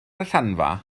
allanfa